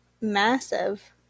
massive